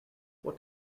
what